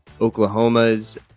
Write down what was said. Oklahoma's